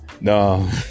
no